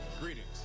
Greetings